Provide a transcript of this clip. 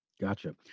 Gotcha